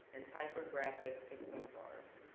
and typographic exemplars.